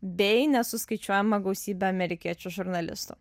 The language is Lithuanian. bei nesuskaičiuojamą gausybę amerikiečių žurnalistų